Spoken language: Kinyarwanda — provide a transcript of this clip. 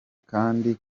kandi